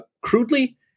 crudely